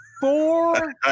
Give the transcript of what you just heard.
Four